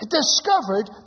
discovered